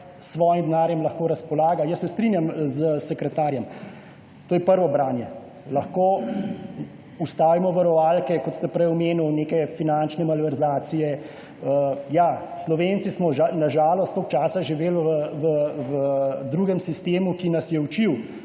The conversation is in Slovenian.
svojim denarjem lahko razpolaga. Jaz se strinjam s sekretarjem, to je prvo branje in lahko vstavimo varovalke, ko ste prej omenili neke finančne malverzacije. Slovenci smo na žalost toliko časa živeli v drugem sistemu, ki nas je učil,